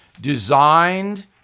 designed